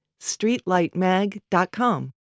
streetlightmag.com